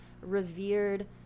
revered